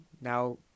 now